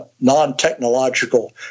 non-technological